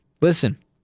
listen